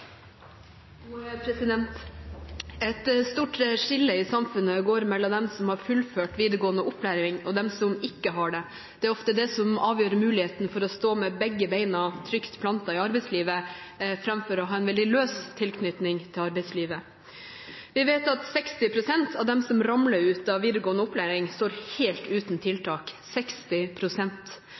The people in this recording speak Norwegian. Et stort skille i samfunnet går mellom dem som har fullført videregående opplæring, og dem som ikke har det. Det er ofte det som avgjør muligheten for å stå med begge beina trygt plantet i arbeidslivet, framfor å ha en veldig løs tilknytning til arbeidslivet. Vi vet at 60 pst. av dem som ramler ut av videregående opplæring, står helt uten tiltak